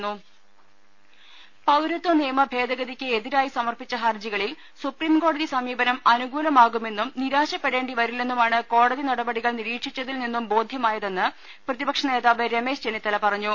ദേദ പൌരത്വ നിയമ ഭേദഗതിക്ക് എതിരായി സമർപ്പിച്ച ഹർജികളിൽ സുപ്രീംകോടതി സമീപനം അനുകൂലമാകുമെന്നും നിരാശപ്പെടേണ്ടി വരില്ലെന്നുമാണ് കോടതി നടപടികൾ നിരീക്ഷച്ചതിൽ നിന്നും ബോധ്യമായതെന്ന് പ്രതിപക്ഷ നേതാവ് രമേശ് ചെന്നിത്തല പറഞ്ഞു